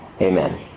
Amen